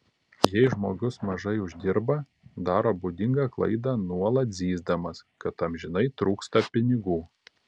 jei žmogus mažai uždirba daro būdingą klaidą nuolat zyzdamas kad amžinai trūksta pinigų